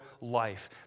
life